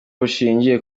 bushingiye